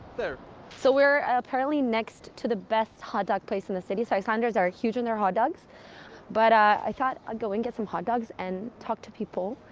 so we're apparently next to the best hot dog place in the city. so icelanders are huge on their hot dogs but i thought i'd go and get some hot dogs and talk to people.